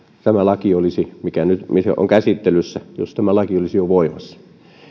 tämä laki mikä nyt on käsittelyssä olisi jo voimassa